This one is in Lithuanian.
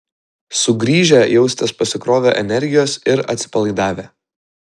sugrįžę jausitės pasikrovę energijos ir atsipalaidavę